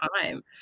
time